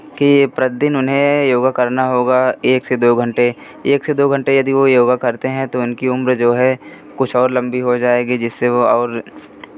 कि प्रति दिन उन्हें करना होगा एक से दो घंटे एक से दो घंटे यदि वो योग करते हैं तो उनकी उम्र जो है कुछ और लम्बी हो जाएगी जिससे वो और